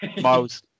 Miles